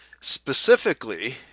Specifically